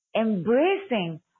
embracing